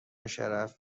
شرف